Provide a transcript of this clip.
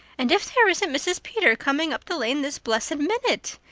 and if there isn't mrs. peter coming up the lane this blessed minute!